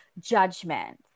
judgment